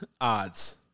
odds